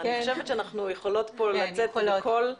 אני חושבת שאנחנו יכולות פה לצאת בקול ברור.